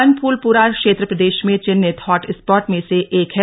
बनभूलपुरा क्षेत्र प्रदे ा में चिहिनत हॉटस्पॉट में से एक है